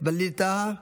ווליד טאהא,